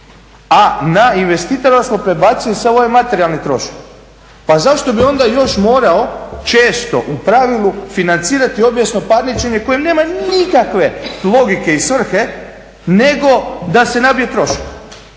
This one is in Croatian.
A na investitora smo prebacili sva ovaj materijalni trošak. Pa zašto bi onda još morao često u pravilu financirati obijesno parničenje koje nema nikakve logike i svrhe nego da se nabije trošak.